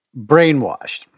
brainwashed